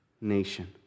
nation